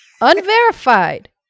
unverified